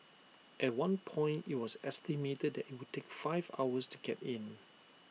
at one point IT was estimated that IT would take five hours to get in